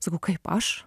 sakau kaip aš